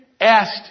asked